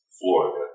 Florida